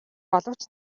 боловч